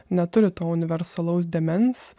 neturi to universalaus dėmens